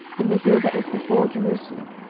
in the hill that is before jerusalem,